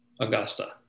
Augusta